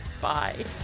Bye